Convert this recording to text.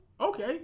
Okay